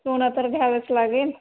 सोनं तर घ्यावंच लागेल